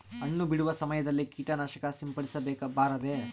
ಹಣ್ಣು ಬಿಡುವ ಸಮಯದಲ್ಲಿ ಕೇಟನಾಶಕ ಸಿಂಪಡಿಸಬಾರದೆ?